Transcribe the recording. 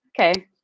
Okay